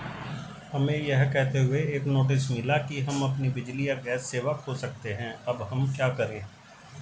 हमें यह कहते हुए एक नोटिस मिला कि हम अपनी बिजली या गैस सेवा खो सकते हैं अब हम क्या करें?